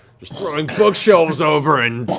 just throwing bookshelves over and